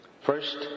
first